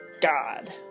god